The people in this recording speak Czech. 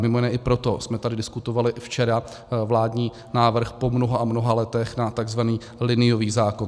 Mimo jiné i proto jsme tady diskutovali včera vládní návrh po mnoha a mnoha letech na takzvaný liniový zákon.